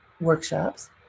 workshops